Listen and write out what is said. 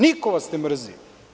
Niko vas ne mrzi.